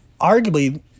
arguably